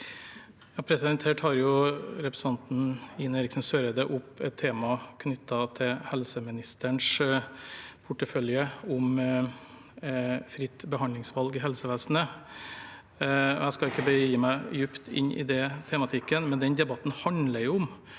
Her tar re- presentanten Ine Eriksen Søreide opp et tema knyttet til helseministerens portefølje, om fritt behandlingsvalg i helsevesenet, og jeg skal ikke begi meg dypt inn i den tematikken. Men den debatten handler jo